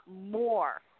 more